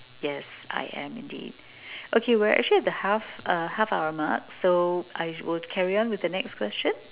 yes I am indeed okay we're actually at the half uh half hour mark so I will carry on with the next question